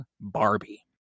Barbie